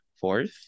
fourth